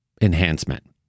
enhancement